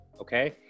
Okay